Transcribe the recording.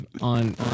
on